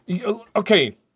Okay